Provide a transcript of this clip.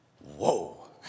Whoa